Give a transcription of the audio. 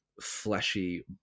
fleshy